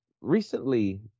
Recently